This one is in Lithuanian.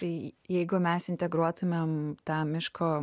tai jeigu mes integruotumėm tą miško